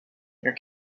near